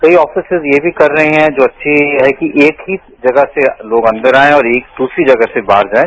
कई अफिसेज यह भी कर रहे हैं जो अच्छी है कि एक ही जगह से लोग अंदर आये और दूसरी जगह से बाहर जायें